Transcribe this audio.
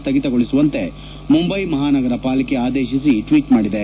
ಸ್ವಗಿತಗೊಳಿಸುವಂತೆ ಮುಂಬ್ಲೆ ಮಹಾನಗರ ಪಾಲಿಕೆ ಆದೇಶಿಸಿ ಟ್ವೀಟ್ ಮಾಡಿದೆ